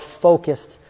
focused